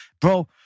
Bro